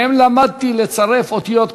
מהם למדתי לצרף אותיות",